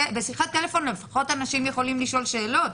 בשיחת טלפון לפחות אנשים יכולים לשאול שאלות,